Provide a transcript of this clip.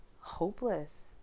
hopeless